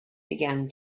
began